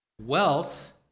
Wealth